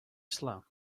slow